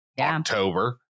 October